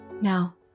Now